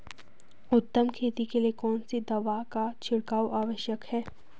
उत्तम खेती के लिए कौन सी दवा का छिड़काव आवश्यक है?